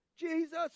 Jesus